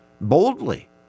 boldly